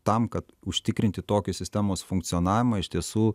tam kad užtikrinti tokį sistemos funkcionavimą iš tiesų